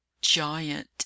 Giant